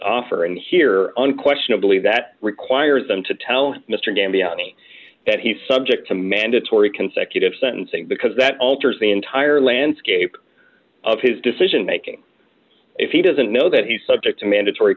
offer and here unquestionably that requires them to tell mr danby on me that he subject to mandatory consecutive sentencing because that alters the entire landscape of his decision making if he doesn't know that he's subject to mandatory